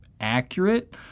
accurate